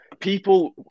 people